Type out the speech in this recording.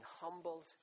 humbled